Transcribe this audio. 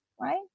right